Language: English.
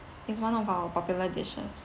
is one of our popular dishes